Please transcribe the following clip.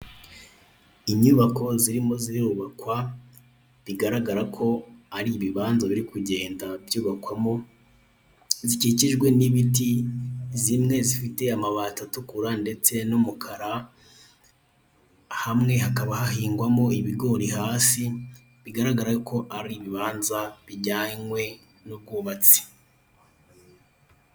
Inyubako zirimo zirubakwa bigaragara ko ari ibibanza biri kugenda byubakwamo. Zikikijwe n'ibiti, zimwe zifite amabati atukura ndetse n'umukara. Hamwe hakaba hahingwamo ibigori hasi, bigaragara ko ari ibibanza bijyanywe n'ubwubatsi.